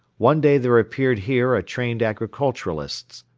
one day there appeared here a trained agriculturalist.